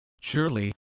Surely